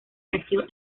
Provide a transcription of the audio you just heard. nació